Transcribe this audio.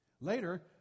Later